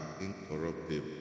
incorruptible